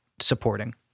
supporting